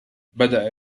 بدأ